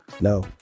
no